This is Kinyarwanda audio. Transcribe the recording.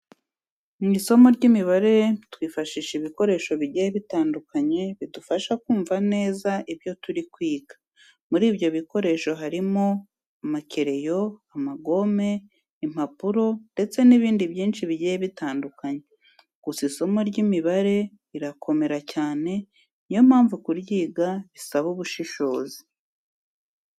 Mu isomo ry'imibare twifashisha ibikoresho bigiye bitandukanye bidufasha kumva neza ibyo turi kwiga. Muri ibyo bikoresho harimo amakereyo, amagome, impapuro ndetse n'ibindi byinshi bigiye bitandukanye. Gusa isomo ry'imibare rirakomera cyane, ni yo mpamvu kuryiga bisaba ubushishozi.